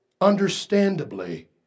understandably